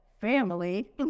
family